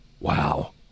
Wow